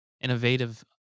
innovative